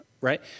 Right